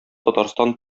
татарстан